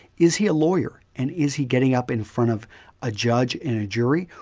is he a lawyer and is he getting up in front of a judge and a jury,